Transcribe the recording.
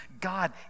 God